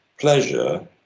pleasure